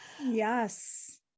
yes